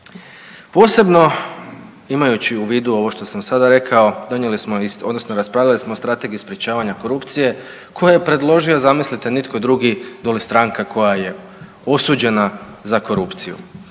Posebno imajući u vidu ovo što sam sada rekao donijeli smo, odnosno raspravljali smo o Strategiji sprječavanja korupcije koju je predložio zamislite nitko drugi doli stranka koja je osuđena za korupciju.